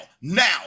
now